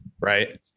right